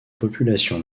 population